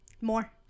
more